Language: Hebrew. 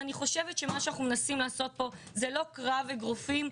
ואני חושבת שמה שאנחנו מנסים לעשות פה זה לא קרב אגרופים.